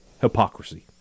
Hypocrisy